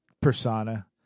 persona